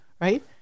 Right